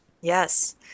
Yes